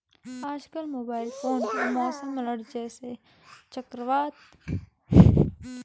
आजकल mobile phone पर मौसम अलर्ट जैसे चक्रवात गरज की चेतावनी के लिए अनेक ऐप उपलब्ध है